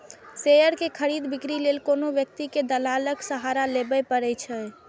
share के खरीद, बिक्री लेल कोनो व्यक्ति कें दलालक सहारा लेबैए पड़ै छै